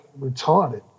retarded